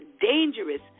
dangerous